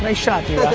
ah shot